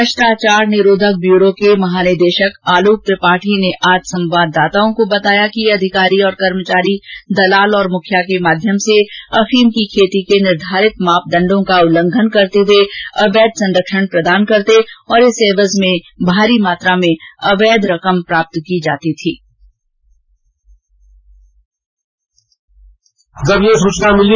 भ्रष्टाचार निरोधक ब्यूरो के महानिदेशक आलोक त्रिपाठी ने आज संवाददाताओं को बताया कि ये अधिकारी कर्मचारी दलाल और मुखिया के माध्यम से अफीम की खेती के निर्धारित मापदण्डों का उल्लंघन करते हुए अवैध संरक्षण प्रदान करते और इस एवज में भारी मात्रा में अवैध रकम प्राप्त की जाती थी